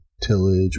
tillage